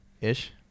Ish